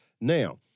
Now